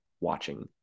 watching